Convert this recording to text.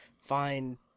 find